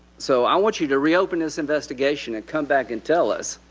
so i want you to reopen this investigation and come back and tell us,